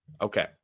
Okay